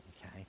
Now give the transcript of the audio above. okay